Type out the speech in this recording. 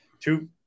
two